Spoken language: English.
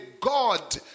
God